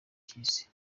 cy’isi